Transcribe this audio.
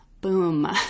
boom